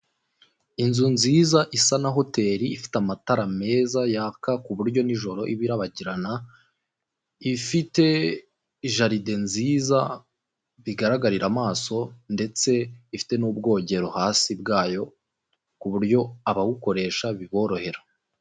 Inzu nziza isa na hoteli ifite amatara meza yaka ku buryo nijoro irabagirana, ifite jalide nziza bigaragarira amaso ndetse ifite n'ubwogero hasi bwayo ku buryo ababukoresha biborohera.